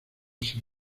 ser